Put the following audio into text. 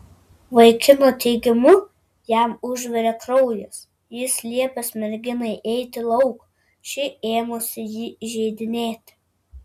vaikino teigimu jam užvirė kraujas jis liepęs merginai eiti lauk ši ėmusi jį įžeidinėti